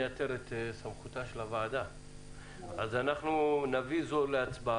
אנחנו נצביע.